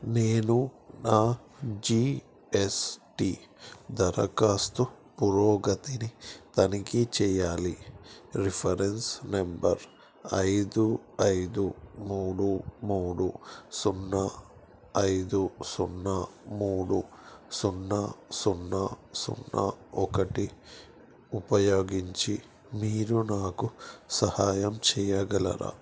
నేను నా G S T ధరఖాస్తు పురోగతిని తనిఖీ చెయ్యాలి రిఫరెన్స్ నెంబర్ ఐదు ఐదు మూడు మూడు సున్నా ఐదు సున్నా మూడు సున్నా సున్నా సున్నా ఒకటి ఉపయోగించి మీరు నాకు సహాయం చెయ్యగలరా